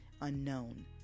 unknown